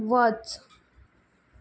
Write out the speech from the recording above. वच